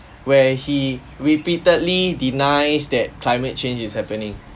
where he repeatedly denies that climate change is happening